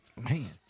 Man